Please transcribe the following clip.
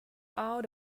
out